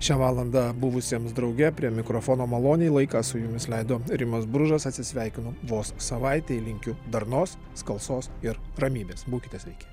šią valandą buvusiems drauge prie mikrofono maloniai laiką su jumis leido rimas bružas atsisveikinu vos savaitei linkiu darnos skalsos ir ramybės būkite sveiki